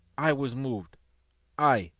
i was moved i,